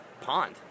pond